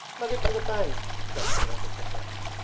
lug it to the bank shouted one of the cossacks.